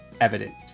evident